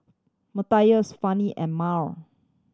Mathias Fanny and Mal